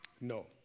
No